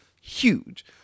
huge